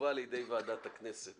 תובא לידי ועדת הכנסת.